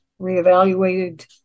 reevaluated